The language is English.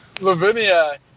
Lavinia